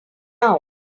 now